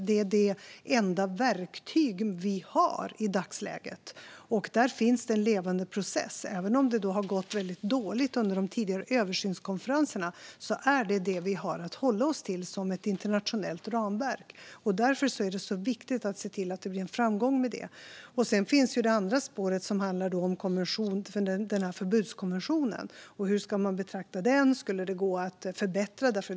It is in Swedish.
Det är det enda verktyg vi har i dagsläget, och där finns det en levande process. Även om det har gått dåligt under de tidigare översynskonferenserna är det detta avtal vi har att hålla oss till som ett internationellt ramverk. Därför är det viktigt att se till att det blir en framgång med det. Det andra spåret handlar om förbudskonventionen och hur man ska betrakta den. Skulle det gå att förbättra den?